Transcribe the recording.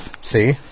See